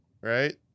right